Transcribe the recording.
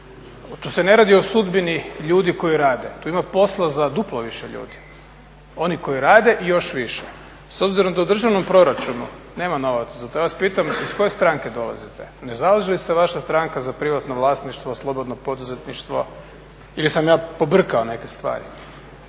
Tu se ne radi o sudbini ljudi koji rade, tu ima posla za duplo više ljudi, oni koji rade i još više. S obzirom da u državnom proračunu nema novaca, ja vas pitam iz koje stranke dolazite? Ne zalaže li se vaša stranka za privatno vlasništvo, slobodno poduzetništvo ili sam ja pobrkao neke stvari?